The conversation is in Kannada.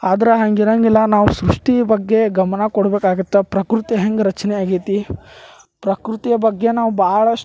ಆದ್ರೆ ಹಂಗೆ ಇರಂಗಿಲ್ಲ ನಾವು ಸೃಷ್ಟಿ ಬಗ್ಗೆ ಗಮನ ಕೊಡಬೇಕಾಗತ್ತ ಪ್ರಕೃತಿ ಹೆಂಗೆ ರಚನೆ ಆಗೈತಿ ಪ್ರಕೃತಿಯ ಬಗ್ಗೆ ನಾವು ಭಾಳಷ್ಟು